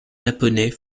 japonais